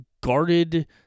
guarded